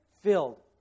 filled